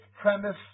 premise